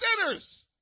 sinners